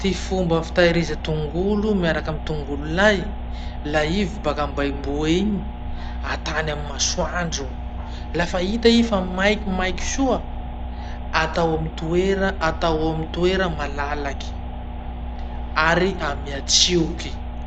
Ty fomba fitahiriza tongolo miaraky amy tongolo lay. La i baka amy baibo iny, atany amy masoandro. Lafa hita i fa maikimaiky soa, atao amy toera atao amy toera malalaky, amea tsioky.